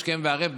השכם והערב,